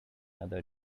other